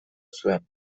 zuen